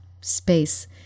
space